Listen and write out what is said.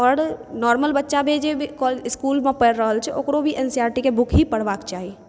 आओर नॉर्मल बच्चा जे इसकुलमे पढ़ि रहल छै अभी ओकरो एन सी आर टी के बुक ही पढ़बाक चाही